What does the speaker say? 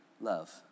love